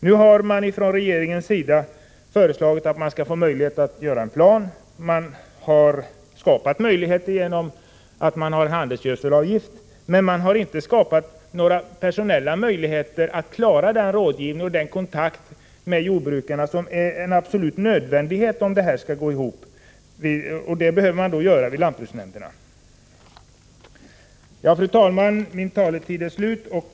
Nu har regeringen föreslagit att man skall få möjlighet att göra en plan. Möjligheten har skapats genom införandet av handelsgödselavgiften, men inga personella möjligheter finns att klara den rådgivning och den kontakt med jordbrukarna vid lantbruksnämnderna som är en absolut nödvändighet om detta skall gå ihop. Fru talman! Min taletid är slut.